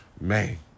Man